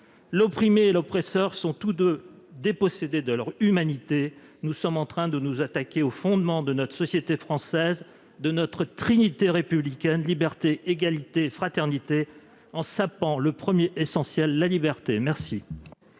L'opprimé et l'oppresseur sont tous deux dépossédés de leur humanité. » Nous sommes en train de nous attaquer aux fondements de notre société française, de notre trinité républicaine, « Liberté, Égalité, Fraternité », en sapant le premier, essentiel, la liberté. La